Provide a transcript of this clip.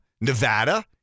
Nevada